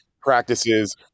practices